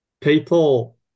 People